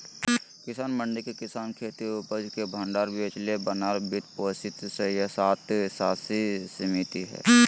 किसान मंडी किसानखेती उपज के भण्डार बेचेले बनाल वित्त पोषित स्वयात्तशासी समिति हइ